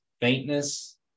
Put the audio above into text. faintness